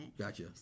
Gotcha